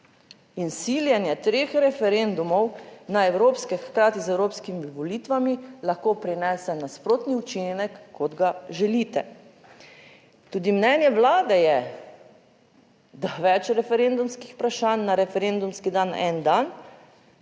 In siljenje treh referendumov na evropske, hkrati z evropskimi volitvami lahko prinese nasprotni učinek kot ga želite. Tudi mnenje vlade je, da več referendumskih vprašanj na referendumski dan, en dan,